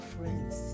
friends